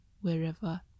wherever